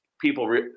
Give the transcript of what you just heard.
people –